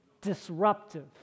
disruptive